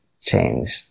changed